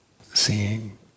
seeing